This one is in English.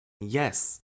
yes